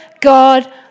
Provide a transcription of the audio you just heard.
God